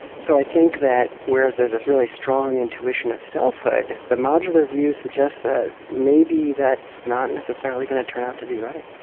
so i think that whereas there's this really strong intuition of selfhood, the modular view suggests that maybe that's not necessarily going to turn out to be right.